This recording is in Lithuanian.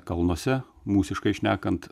kalnuose mūsiškai šnekant